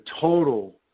total